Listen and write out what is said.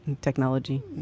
technology